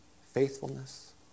faithfulness